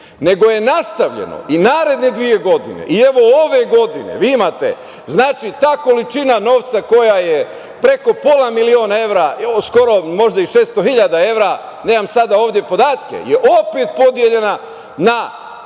nego je nastavljeno i naredne dve godine i evo ove godine vi imate, znači, ta količina novca koja je preko pola miliona evra, skoro možda i 600.000 evra, nemam sada ovde podatke, je opet podeljena na